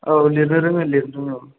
औ लिरनो रोङो लिरनो औ